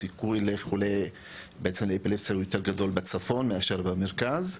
הסיכוי לאפילפסיה הוא יותר גדול בצפון מאשר במרכז.